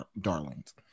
darlings